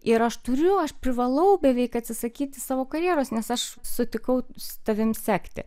ir aš turiu aš privalau beveik atsisakyti savo karjeros nes aš sutikau su tavim sekti